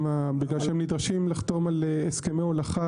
בגלל שהם נדרשים לחתום על הסכמי הולכה